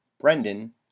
brendan